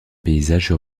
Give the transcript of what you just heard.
paysage